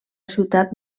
ciutat